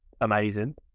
amazing